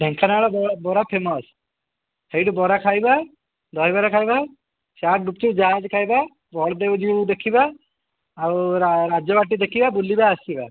ଢ଼େଙ୍କାନାଳ ବରା ଫେମସ୍ ସେଇଠୁ ବରା ଖାଇବା ଦହିବରା ଖାଇବା ଚାଟ୍ ଗୁପଚୁପ୍ ଯାହା ଅଛି ଖାଇବା ବଳଦେବ ଜୀଉ ଦେଖିବା ଆଉ ରାଜବାଟୀ ଦେଖିବା ବୁଲିବା ଆସିବା